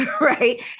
right